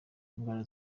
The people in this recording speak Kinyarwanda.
n’indwara